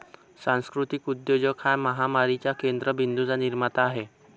सांस्कृतिक उद्योजक हा महामारीच्या केंद्र बिंदूंचा निर्माता आहे